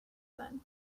then